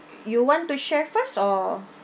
you want to share first or